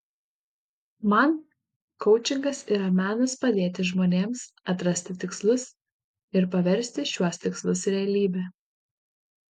man koučingas yra menas padėti žmonėms atrasti tikslus ir paversti šiuos tikslus realybe